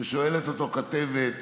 כששואלת אותו כתבת,